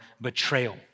betrayal